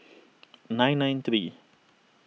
nine nine three